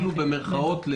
במירכאות,